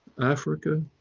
africa,